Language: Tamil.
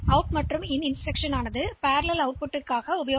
எனவே இது அவுட் மற்றும் இன் இன்ஸ்டிரக்ஷன்களில் அவை இணையான வெளியீட்டிற்கானவை